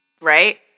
right